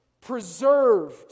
preserved